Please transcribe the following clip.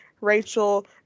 Rachel